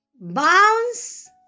Bounce